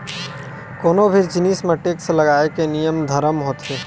कोनो भी जिनिस म टेक्स लगाए के नियम धरम होथे